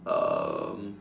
um